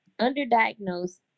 underdiagnosed